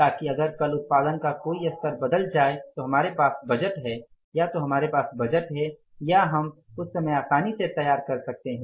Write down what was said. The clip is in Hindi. ताकि अगर कल उत्पादन का कोई स्तर बदल जाए तो हमारे पास बजट है या तो हमारे पास बजट है या हम उस समय आसानी से तैयार कर सकते हैं